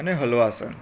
અને હલવાસન